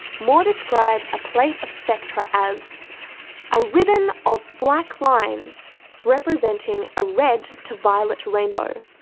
moore describes a plate of spectra as a ribbon of black lines representing a red-to-violet rainbow,